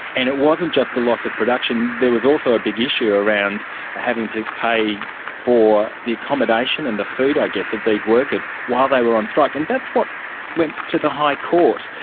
and it wasn't just the loss of production, there was also a big issue around having to pay for the accommodation and the food i guess of these workers while they were on strike, and that's what went to the high court.